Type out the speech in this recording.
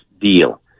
deal